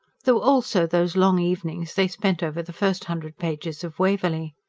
there were also those long evenings they spent over the first hundred pages of waverley.